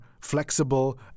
flexible